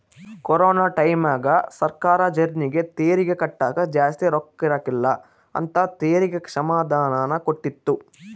corona ಟೈಮ್ಯಾಗ ಸರ್ಕಾರ ಜರ್ನಿಗೆ ತೆರಿಗೆ ಕಟ್ಟಕ ಜಾಸ್ತಿ ರೊಕ್ಕಿರಕಿಲ್ಲ ಅಂತ ತೆರಿಗೆ ಕ್ಷಮಾದಾನನ ಕೊಟ್ಟಿತ್ತು